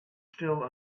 still